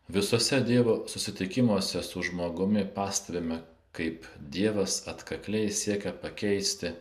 visuose dievo susitikimuose su žmogumi pastebime kaip dievas atkakliai siekia pakeisti